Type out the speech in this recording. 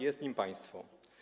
Jest nim państwo.